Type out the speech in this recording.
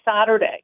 Saturday